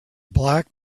black